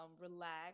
relax